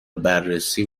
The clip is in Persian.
بررسی